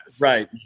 Right